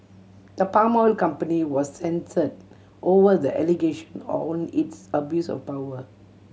the palm oil company was censured over the allegation on its abuse of power